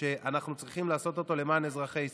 ואנחנו צריכים לעשות אותו למען אזרחי ישראל.